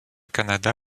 canada